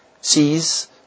sees